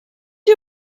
you